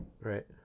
Right